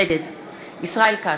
נגד ישראל כץ,